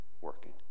working